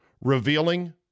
revealing